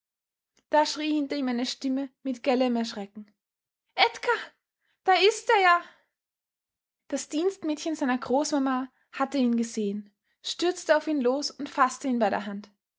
da schrie hinter ihm eine stimme mit gellem erschrecken edgar da ist er ja das dienstmädchen seiner großmama hatte ihn gesehen stürzte auf ihn los und faßte ihn bei der hand